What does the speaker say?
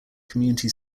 community